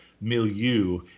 milieu